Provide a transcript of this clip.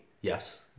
Yes